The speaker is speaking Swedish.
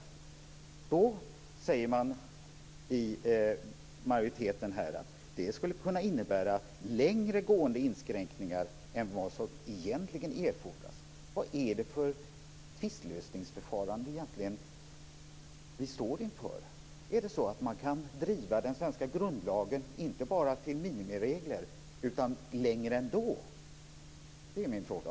Man säger i majoriteten att det skulle kunna innebära längre gående inskränkningar än vad som egentligen erfordras. Vad är det för tvistlösningsförfarande vi står inför? Är det så att man kan driva den svenska grundlagen inte bara till minimiregler utan längre ändå? Det är min fråga.